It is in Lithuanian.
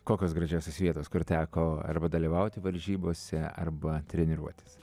kokios gražiausios vietos kur teko arba dalyvauti varžybose arba treniruotis